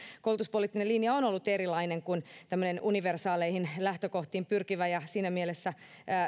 koulutuspoliittinen linja on ollut erilainen kuin tämmöinen universaaleihin lähtökohtiin pyrkivä ja siinä mielessä